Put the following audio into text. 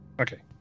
Okay